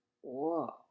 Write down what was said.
Whoa